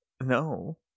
No